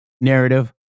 narrative